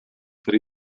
per